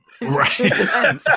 Right